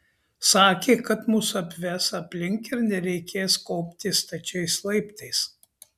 sakė kad mus apves aplink ir nereikės kopti stačiais laiptais